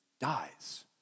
dies